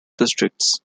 districts